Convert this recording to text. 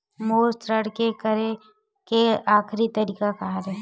मोर ऋण के करे के आखिरी तारीक का हरे?